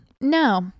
no